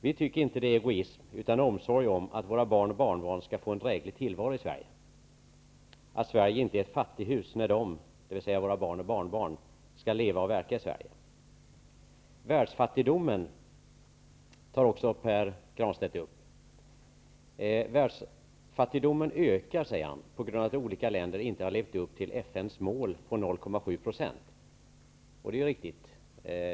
Vi tycker inte att det är egoism utan omsorg om våra barn och barnbarn att se till att Sverige inte är ett fattighus när de skall leva och verka i Sverige utan att de kan få en dräglig tillvaro här. Världsfattigdomen tog Pär Granstedt också upp. Världsfattigdomen ökar, sade han, på grund av att olika länder inte har levt upp till FN:s mål på 0,7 %. Det är riktigt.